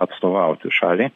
atstovauti šaliai